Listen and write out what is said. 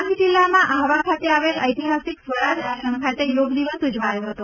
ડાંગ જિલ્લામાં આહવા ખાતે આવેલ ઐતિહાસિક સ્વરાજ આશ્રમ ખાતે યોગ દિવસ ઉજવાયો હતો